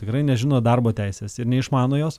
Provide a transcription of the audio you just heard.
tikrai nežino darbo teises ir neišmano jos